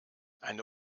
eine